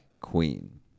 Queen